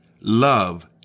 Love